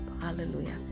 Hallelujah